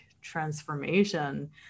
transformation